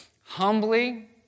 humbly